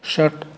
षट्